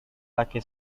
laki